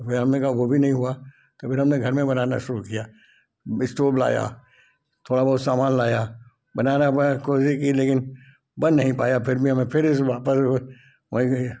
फिर हमने कहा वो भी नहीं हुआ तो फिर हमने घर में बनाना शुरू किया स्टोव लाया थोड़ा बहुत सामान लाया बना ना पाया कोशिश की लेकिन बन नहीं पाया फिर मैं फिर इस वापस वो वहीं गए